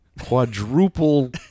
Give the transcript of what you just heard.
quadruple